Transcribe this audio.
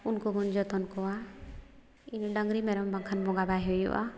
ᱩᱱᱠᱩ ᱵᱚᱱ ᱡᱚᱛᱚᱱ ᱠᱚᱣᱟ ᱤᱱᱟᱹ ᱰᱟᱹᱝᱨᱤ ᱢᱮᱨᱚᱢ ᱵᱟᱝᱠᱷᱟᱱ ᱵᱚᱸᱜᱟ ᱵᱟᱭ ᱦᱩᱭᱩᱜᱼᱟ